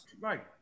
Right